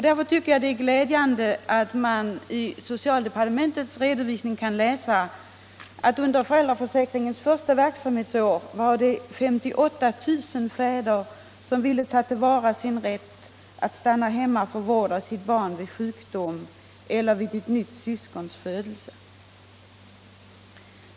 Därför är det glädjande att man i socialdepartementets redovisning kan läsa att under föräldraförsäkringens första verksamhetsår 58 000 fäder ville begagna sin rätt att stanna hemma för vård av sitt barn vid sjukdom eller vid ett nytt syskons födelse.